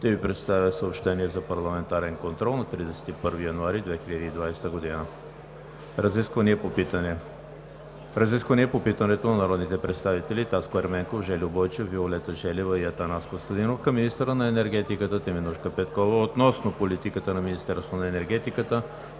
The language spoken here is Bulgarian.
не е прието. Съобщения за парламентарен контрол на 31 януари 2020 г.: 1. Разисквания по питане. Разисквания по питането от народните представители Таско Ерменков, Жельо Бойчев, Виолета Желева и Атанас Костадинов към министъра на енергетиката Теменужка Петкова относно политиката на Министерството на енергетиката